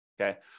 okay